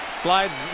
slides